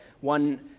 one